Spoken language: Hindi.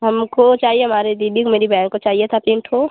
हमको चाहिए हमारे दीदी को मेरी बहन को चाहिए था तीन ठो